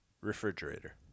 refrigerator